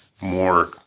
more